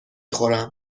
خورم